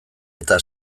eta